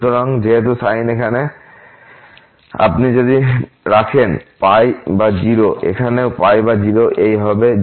এবং যেহেতু সাইন এখানে আপনি যদি রাখেন বা 0 বা এখানেও বা 0 এই হবে 0